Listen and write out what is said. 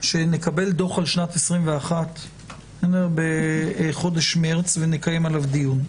לקבל דוח על שנת 21 בחודש מרס ולקיים עליו דיון.